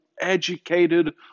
educated